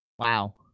Wow